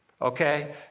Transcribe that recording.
Okay